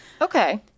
Okay